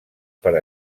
per